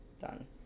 done